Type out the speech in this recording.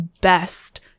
best